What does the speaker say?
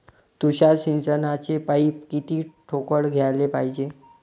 तुषार सिंचनाचे पाइप किती ठोकळ घ्याले पायजे?